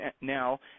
now